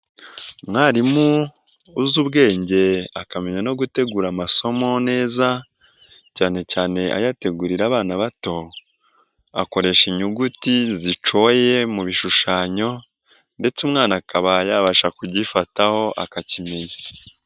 Umwarimu uzi ubwenge akamenya no gutegura amasomo neza, cyane cyane ayategurira abana bato akoresha inyuguti zicoye mu bishushanya, ndetse umwana akaba yabasha kugifataho akakimenya.